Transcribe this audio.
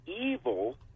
evil